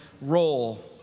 role